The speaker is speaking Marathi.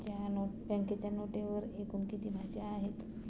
बँकेच्या नोटेवर एकूण किती भाषा आहेत?